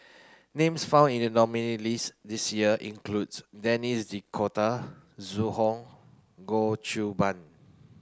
names found in the nominees' list this year include Denis D'Cotta Zhu Hong Goh Qiu Bin